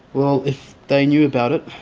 well, if they knew about it,